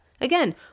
Again